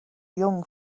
young